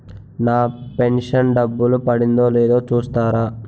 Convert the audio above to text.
నా pension డబ్బులు పడిందో లేదో చూస్తారా?